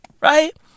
Right